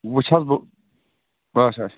وٕ چھَ حظ بہٕ اچھا